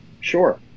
Sure